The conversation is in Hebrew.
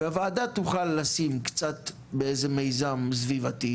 והוועדה תוכל לשים קצת באיזה מיזם סביבתי